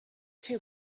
two